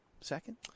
Second